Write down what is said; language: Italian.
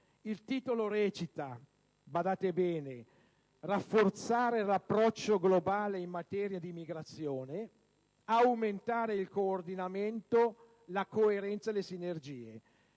Il titolo recita - badate bene - «Rafforzare l'approccio globale in materia di migrazione: aumentare il coordinamento, la coerenza e le sinergie».